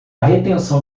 retenção